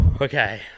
Okay